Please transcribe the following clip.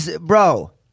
bro